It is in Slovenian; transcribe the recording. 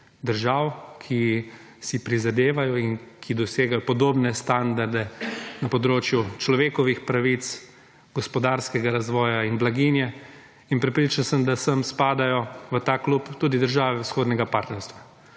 držav, ki si prizadevajo in ki dosegajo podobne standarde na področju človekovih pravic, gospodarskega razvoja in blaginje. In prepričan sem, da sem spadajo v ta klub tudi države Vzhodnega partnerstva.